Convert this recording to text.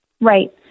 right